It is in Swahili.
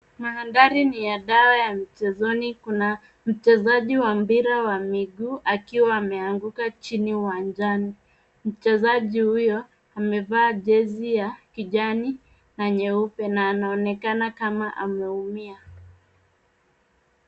Mandhari ni ya dawa ya michezoni; Kuna mchezaji wa mpira wa miguu akiwa ameanguka chini uwanjani. Mchezaji huyo amevaa jezi ya kijani na nyeupe na anaonekana kama ameumia.